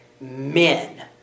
men